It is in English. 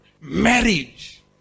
Marriage